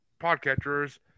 podcatchers